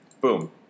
boom